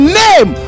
name